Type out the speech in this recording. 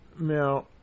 Now